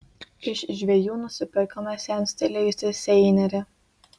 iš žvejų nusipirkome senstelėjusį seinerį